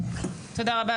תודה רבה,